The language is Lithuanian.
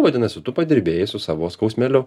vadinasi tu padirbėjai su savo skausmeliu